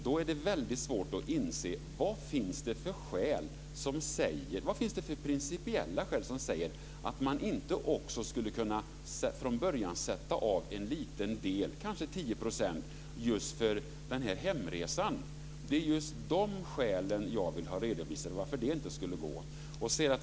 Då är det väldigt svårt att förstå vad det finns för principiella skäl som säger att man inte också från början skulle kunna sätta av en liten del - kanske 10 %- just för hemresan. Det är skälen till att det inte skulle gå som jag vill ha redovisade.